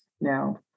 now